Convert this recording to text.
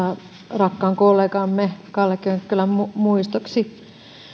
rakkaan kollegamme kalle könkkölän muistoksi